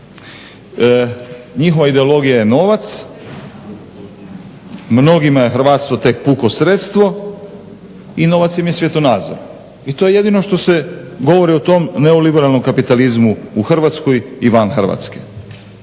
Njihova ideologija je novac. Mnogima je hrvatstvo tek puko sredstvo i novac im je svjetonazor i to je jedino što se govori o tom neoliberalnom kapitalizmu u Hrvatskoj i van Hrvatske.